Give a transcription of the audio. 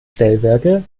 stellwerke